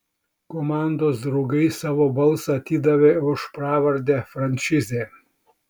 komandos draugai savo balsą atidavė už pravardę frančizė